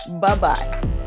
Bye-bye